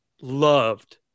loved